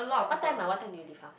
what time ah what time do you leave ah